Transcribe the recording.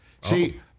See